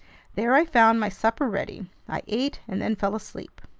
there i found my supper ready. i ate and then fell asleep.